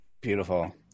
Beautiful